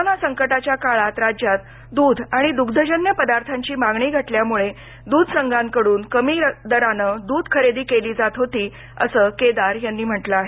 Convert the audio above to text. corona संकटाच्या काळात राज्यात दूध आणि दुग्धजन्य पदार्थांची मागणी घटल्यामुळे दूध संघांकडून कमी दराने दूध खरेदी केली जात होती असं केदार यांनी म्हटलं आहे